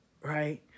right